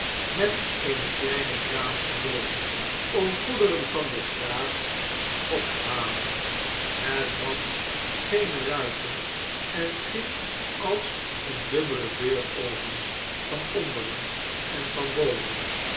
met eene kleine kraan er boven om goederen van de straat op te halen het had geene ruiten en ging als eene dubbele deur open van onderen en van